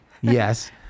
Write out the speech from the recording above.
Yes